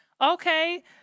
Okay